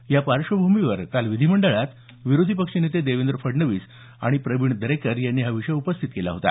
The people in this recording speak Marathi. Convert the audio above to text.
या पार्श्वभूमीवर काल विधीमंडळात विरोधी पक्षनेते देवेंद्र फडणवीस आणि प्रवीण दरेकर यांनी हा विषय उपस्थित केला होता